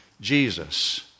Jesus